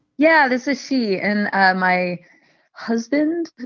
yeah, this is she. and my husband.